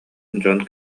дьон